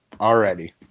already